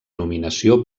nominació